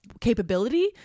capability